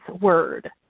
word